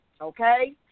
Okay